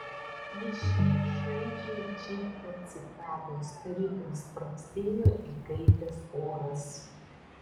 miške šaižiai čirpė cikados tarytum spragsėjo įkaitęs oras